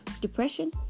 depression